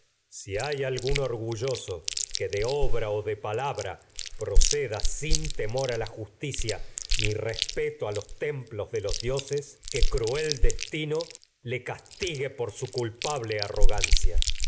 divi hay na algún orgulloso que de obra o de palabra proceda sin temor a la justicia ni respeto a los templos de los dioses que cruel destino y le castigue por su cul pable arrogancia